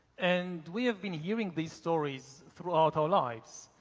and we have been hearing these stories throughout our lives.